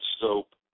soap